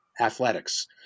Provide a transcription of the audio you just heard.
athletics